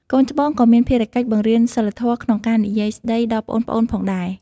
កូនច្បងក៏មានភារកិច្ចបង្រៀនសីលធម៌ក្នុងការនិយាយស្ដីដល់ប្អូនៗផងដែរ។